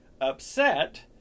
upset